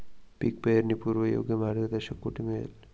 पीक पेरणीपूर्व योग्य मार्गदर्शन कुठे मिळेल?